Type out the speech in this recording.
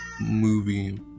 movie